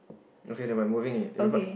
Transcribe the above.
okay then I moving in in front